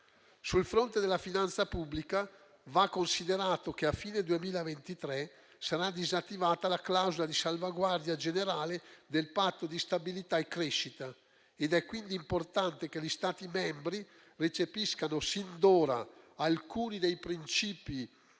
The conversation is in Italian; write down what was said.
Sul fronte della finanza pubblica va considerato che a fine 2023 sarà disattivata la clausola di salvaguardia generale del Patto di stabilità e crescita. È quindi importante che gli Stati membri recepiscano sin d'ora alcuni dei principi